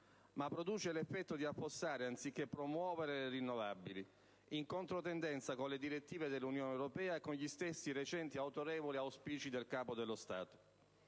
ma produce l'effetto di affossare, anziché promuovere, le rinnovabili in controtendenza con le direttive dell'Unione europea e con gli stessi recenti autorevoli auspici del Capo dello Stato.